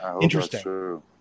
Interesting